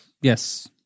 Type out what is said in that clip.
Yes